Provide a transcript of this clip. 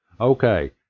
Okay